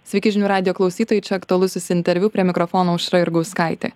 sveiki žinių radijo klausytojai čia aktualusis interviu prie mikrofono aušra jurgauskaitė